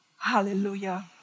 Hallelujah